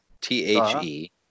T-H-E